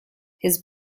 his